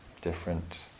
different